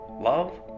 love